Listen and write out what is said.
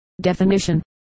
Definition